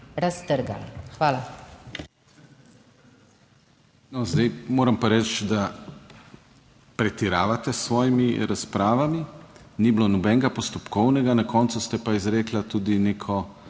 KRIVEC:** No, zdaj moram pa reči, da pretiravate s svojimi razpravami, ni bilo nobenega postopkovnega, na koncu ste pa izrekla tudi neko